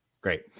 Great